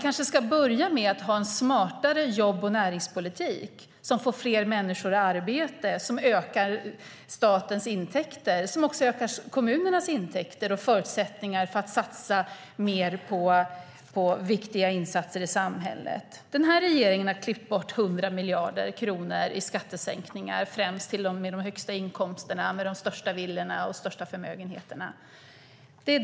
Vi kanske ska börja med att ha en smartare jobb och näringspolitik som får fler människor i arbete, ökar statens intäkter och ökar kommunernas intäkter och förutsättningar att satsa mer på viktiga insatser i samhället. Den här regeringen har klippt bort 100 miljarder kronor i skattesänkningar främst till dem med de högsta inkomsterna, de största villorna och de största förmögenheterna.